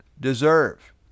deserve